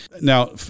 Now